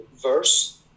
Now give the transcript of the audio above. verse